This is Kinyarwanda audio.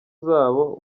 zabo